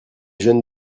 jeunes